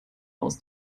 aus